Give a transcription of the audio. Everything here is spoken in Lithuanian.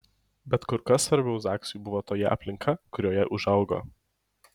bet kur kas svarbiau zaksui buvo toji aplinka kurioje užaugo